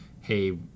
Hey